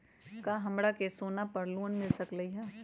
का हमरा के सोना पर लोन मिल सकलई ह?